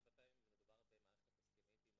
הרבה פעמים מדובר במערכת הסכמית עם